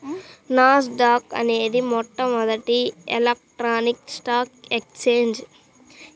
నాస్ dock అనేది మొట్టమొదటి electronic stock exchange